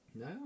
No